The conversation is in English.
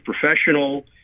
professional